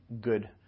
good